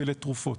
ולתרופות.